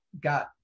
got